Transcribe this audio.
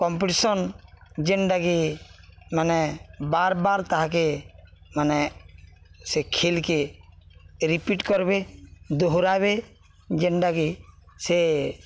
competition ଯେନ୍ଟାକି ମାନେ ବାର୍ ବାର୍ ତାହାକେ ମାନେ ସେ ଖେଲ୍କେ ରିପିଟ୍ କର୍ବେ ଦୋହରାବେ ଯେନ୍ଟାକି ସେ